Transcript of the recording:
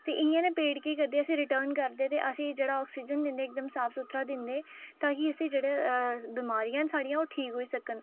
ते इ'यां गै पेड़ केह् करदे असें ई रिटर्न करदे ते असें ई जेह्ड़ा ऑक्सीजन दिंदे साफ़ सुथरा दिंदे ताकी असें ई जेह्ड़ी बमारियां न साढ़ियां ओह् ठीक होई सकन